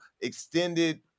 extended